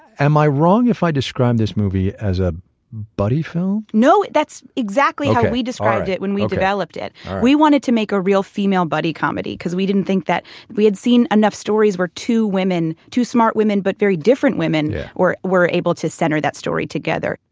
am i wrong if i described this movie as a buddy film? no, that's exactly how we described it when we developed it. we wanted to make a real female buddy comedy because we didn't think that we had seen enough stories where two women two smart women but very different women yeah were able to center that story together.